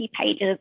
pages